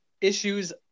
issues